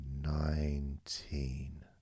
Nineteen